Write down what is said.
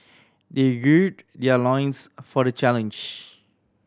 they gird their loins for the challenge